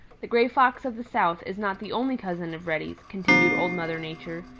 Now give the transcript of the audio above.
the gray fox of the south is not the only cousin of reddy's, continued old mother nature.